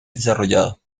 desarrollado